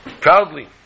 Proudly